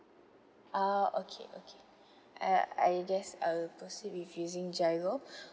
ah okay okay I'll I'll just I'll proceed with using giro